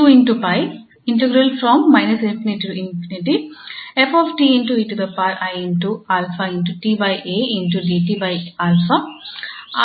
ಅಂದರೆ